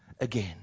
again